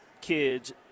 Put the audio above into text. kids